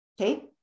Okay